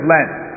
Lent